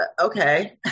Okay